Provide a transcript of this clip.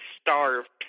starved